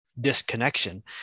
disconnection